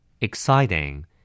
exciting